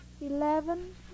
Eleven